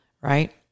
right